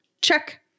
check